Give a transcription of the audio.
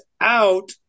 out